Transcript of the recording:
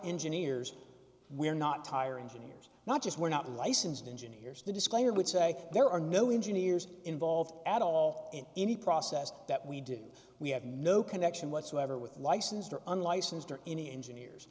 engineers we're not tire engineers not just we're not licensed engineers the disclaimer would say there are no engineers involved at all in any process that we do we have no connection whatsoever with licensed or unlicensed or any engineers